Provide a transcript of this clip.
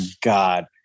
god